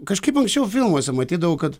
kažkaip anksčiau filmuose matydavau kad